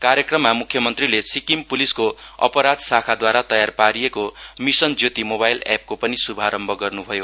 कार्यक्रममा म्ख्यमन्त्रीले सिक्किम प्लिसको अपराध शाखाद्वारा तयार पारिएको मिसन ज्योति मोवाइल एपको पनि शुभारम्भ गर्नुभयो